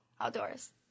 outdoors